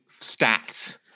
stats